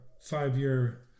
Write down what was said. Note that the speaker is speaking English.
five-year